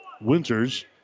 Winters